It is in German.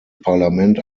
parlament